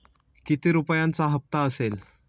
किती रुपयांचा हप्ता असेल?